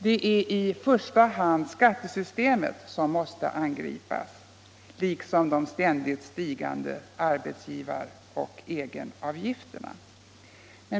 Det är i första hand skattesystemet som måste angripas, liksom de ständigt stigande arbetsgivaroch egenavgifterna.